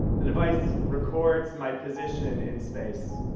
the devices records my position in space.